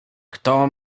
kto